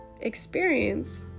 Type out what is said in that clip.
experience